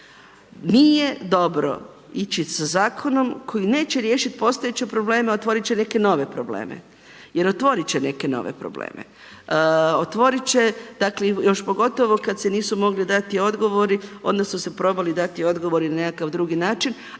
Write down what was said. Nije dobro ići sa zakonom koji neće riješiti postojeće probleme, otvoriti će neke nove probleme,